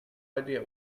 idea